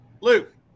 Luke